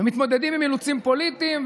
ומתמודדים עם אילוצים פוליטיים.